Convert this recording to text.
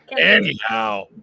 anyhow